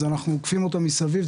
אז אנחנו עוקפים אותו מסביב.